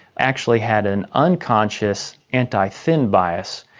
actually had an unconscious anti-thin bias,